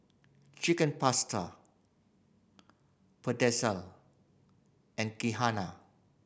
Chicken Pasta Pretzel and Kheema